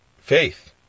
faith